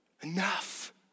Enough